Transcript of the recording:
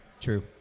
True